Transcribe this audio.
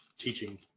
teaching